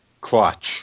clutch